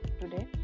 today